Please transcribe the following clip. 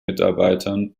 mitarbeitern